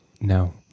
No